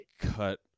cut